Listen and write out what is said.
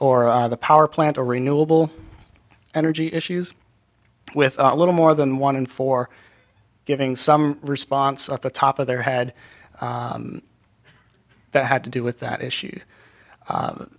or the power plant or renewable energy issues with a little more than one in four giving some response at the top of their head that had to do with that issue